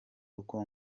uko